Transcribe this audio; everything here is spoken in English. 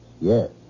yes